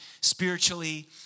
spiritually